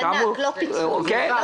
לא פיצוי, מענק.